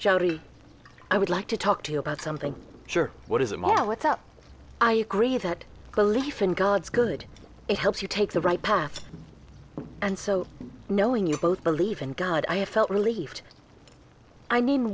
jodi i would like to talk to you about something sure what is it more what's up i agree that belief in gods good it helps you take the right path and so knowing you both believe in god i have felt relieved i mean